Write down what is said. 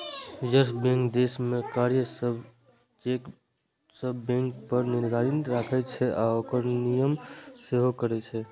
reserve Bank देश मे कार्यरत सब बैंक पर निगरानी राखै छै आ ओकर नियमन सेहो करै छै